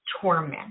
torment